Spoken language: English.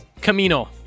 Camino